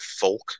folk